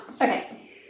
Okay